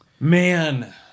Man